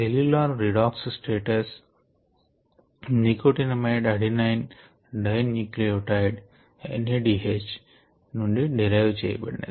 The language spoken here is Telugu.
cellular redox status nicotinamide adenine dinucleotide నుంచి డిరైవ్ చేయబడినది